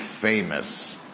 famous